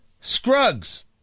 Scruggs